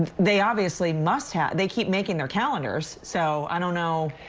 they obviously must have. they keep making their calendars. so i don't know.